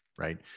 right